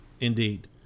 indeed